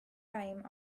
time